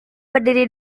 berdiri